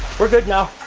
we're good now.